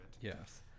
Yes